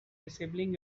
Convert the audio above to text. disabling